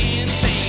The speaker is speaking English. insane